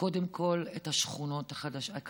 קודם כול את השכונות הקיימות,